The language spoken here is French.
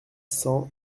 cent